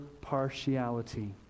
partiality